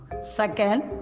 Second